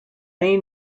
may